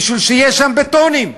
בשביל שיהיו שם בטונים,